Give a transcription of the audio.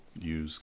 use